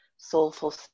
Soulful